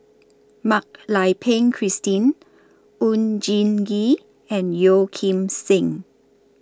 Mak Lai Peng Christine Oon Jin Gee and Yeo Kim Seng